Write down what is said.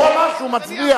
הוא אמר שהוא מצביע.